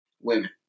women